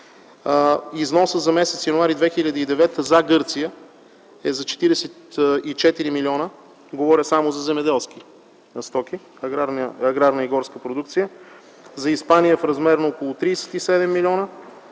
Износът за м. януари 2009 г. за Гърция е за 44 млн., говоря само за земеделски стоки – аграрна и горска продукция, за Испания е в размер на около 37 млн.,